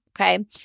okay